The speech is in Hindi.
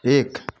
एक